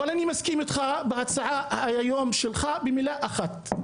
אבל אני מסכים איתך בהצעה היום שלך במילה אחת,